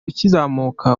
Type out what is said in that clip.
ukizamuka